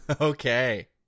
Okay